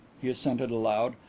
he assented aloud,